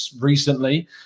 recently